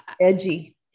Edgy